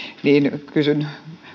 kysyn